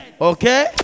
okay